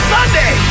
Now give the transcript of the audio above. Sunday